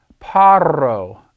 parro